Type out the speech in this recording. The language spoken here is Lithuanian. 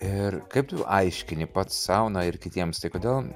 ir kaip tu aiškini pats sau na ir kitiems tai kodėl